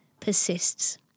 persists